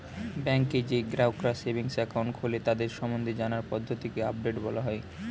ব্যাংকে যেই গ্রাহকরা সেভিংস একাউন্ট খোলে তাদের সম্বন্ধে জানার পদ্ধতিকে আপডেট বলা হয়